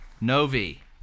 Novi